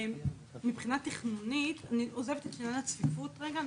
מבחינה תכנונית אני עוזבת את עניין הצפיפות רגע,